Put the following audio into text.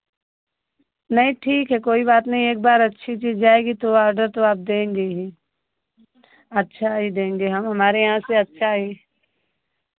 नहीं ठीक है कोई बात नहीं एक बार अच्छी चीज़ जाएगी तो ऑर्डर तो आप देंगे ही अच्छा ही देंगे हम हमारे यहाँ से अच्छा ही